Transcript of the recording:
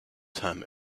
term